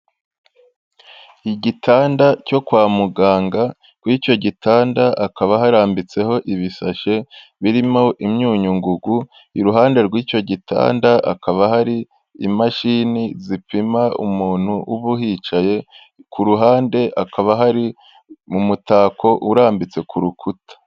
Igitanda cyo kwa muganga ku icyo gitanda hakaba harambitseho ibisashe birimo imyunyu ngugu, iruhande rw'icyo gitanda hakaba hari imashini zipima umuntu uba uhicaye, ku ruhande hakaba hari umutako urambitse ku rukuta.